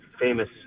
famous